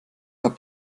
habt